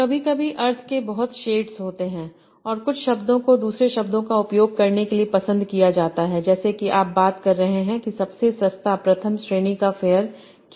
कभी कभी अर्थ के बहुत शेड्स होते हैं और कुछ शब्दों को दूसरे शब्दों का उपयोग करने के लिए पसंद किया जाता है जैसे कि जब आप बात कर रहे हैं कि सबसे सस्ता प्रथम श्रेणी का फेयर क्या है